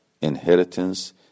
inheritance